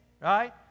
right